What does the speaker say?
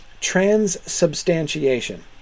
Transubstantiation